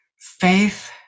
Faith